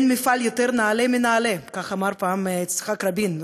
אין מפעל יותר נעלה מנעל"ה כך אמר פעם יצחק רבין,